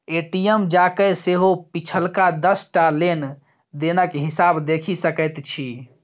ATM जाकए सेहो पिछलका दस टा लेन देनक हिसाब देखि सकैत छी